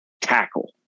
Tackle